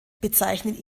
bezeichnen